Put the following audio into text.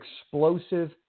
explosive